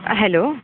ஆ hello